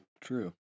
True